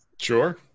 Sure